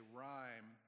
rhyme